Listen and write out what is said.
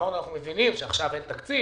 אמרנו שאנחנו מבינים שעכשיו אין תקציב,